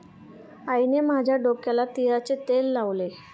आईने माझ्या डोक्याला तिळाचे तेल लावले